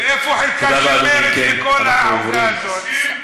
איפה חלקה של מרצ בכל העוגה הזאת?